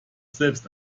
selbst